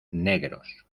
negros